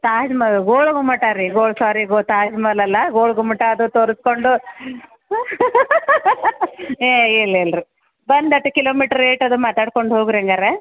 ತಾಜ್ ಮಹಲ್ ಗೋಳ ಗುಮ್ಮಟ ರೀ ಗೋಳ ಸಾರಿ ಗೋಳ ತಾಜ್ ಮಹಲಲ್ಲ ಗೋಳ ಗುಮ್ಮಟ ಅದು ತೋರಿಸ್ಕೊಂಡು ಏಯ್ ಇಲ್ಲ ಇಲ್ಲ ರೀ ಬಂದಟ ಕಿಲೋಮೀಟ್ರು ರೇಟ್ ಅದು ಮಾತಾಡ್ಕೊಂಡು ಹೋಗಿ ರೀ ಹಾಗಾರೆ